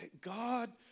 God